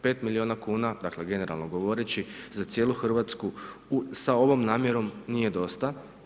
5 milijuna kuna, dakle, generalno govoreći za cijelu Hrvatsku sa ovom namjerom nije dosta.